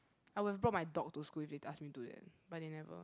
I would have brought my dog to school if they ask me to do that but they never